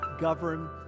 govern